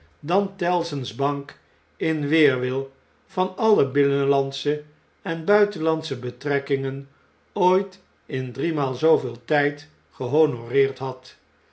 dan tellson's bank in weerwil van alle binnenlandsche en buitenlandsche betrekkingen ooit in driemaal zooveel tiid gehonoreerd had